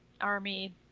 army